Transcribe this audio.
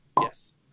yes